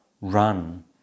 run